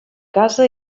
casa